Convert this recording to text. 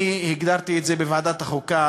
אני הגדרתי את זה בוועדת החוקה: